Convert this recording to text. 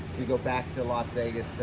we go back to las vegas,